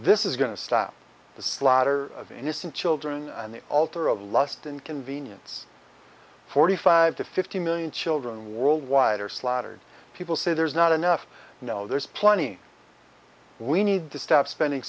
this is going to stop the slaughter of innocent children and the altar of lust inconvenience forty five to fifty million children worldwide are slaughtered people say there's not enough no there's plenty we need to stop spending